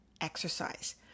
exercise